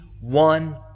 one